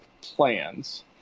plans